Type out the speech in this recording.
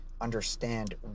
understand